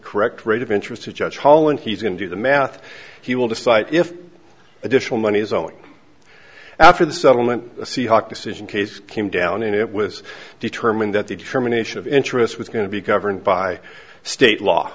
correct rate of interest to judge hall and he's going to do the math he will decide if additional money is owing after the settlement seahawk decision case came down and it was determined that the determination of interest was going to be governed by state law